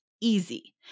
easy